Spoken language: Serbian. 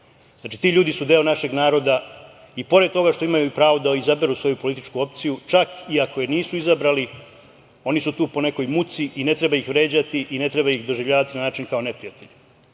Znači, ti ljudi su deo našeg naroda i pored toga što imaju pravo da izaberu svoju političku opciju, čak iako je nisu izabrali, oni su tu po nekoj muci i ne treba ih vređati i ne treba ih doživljavati na način kao neprijatelje.